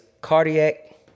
cardiac